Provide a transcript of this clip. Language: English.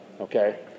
okay